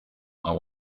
are